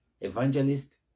evangelist